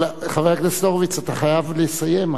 אבל, חבר הכנסת הורוביץ, אתה חייב לסיים.